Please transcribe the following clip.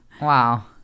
wow